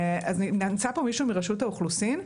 נמצא פה מישהו מרשות האוכלוסין?